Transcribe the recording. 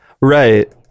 Right